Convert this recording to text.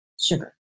sugar